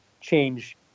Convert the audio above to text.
change